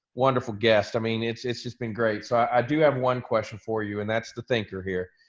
wonderful guest i mean, it's it's just been great. so i do have one question for you, and that's the thinker here.